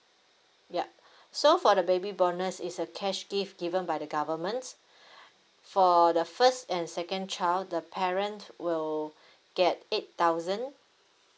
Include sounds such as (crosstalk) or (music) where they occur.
ya (breath) so for the baby bonus is a cash gift given by the government (breath) for the first and second child the parent will get eight thousand